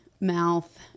mouth